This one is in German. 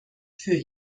für